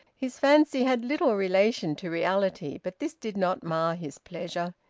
his fancy had little relation to reality. but this did not mar his pleasure.